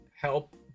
help